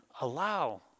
allow